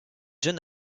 jeune